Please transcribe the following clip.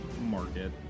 market